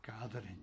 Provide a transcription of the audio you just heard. gathering